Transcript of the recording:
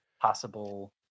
possible